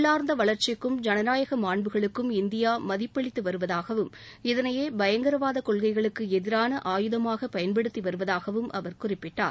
உள்ளார்ந்த வளர்ச்சிக்கும் ஜனநாயக மாண்புகளுக்கும் இந்தியா மதிப்பளித்து வருவதாகவும் இதனையே பயங்கரவாத கொள்கைகளுக்கு எதிரான ஆயுதமாக பயன்படுத்தி வருவதாகவும் அவர் குறிப்பிட்டார்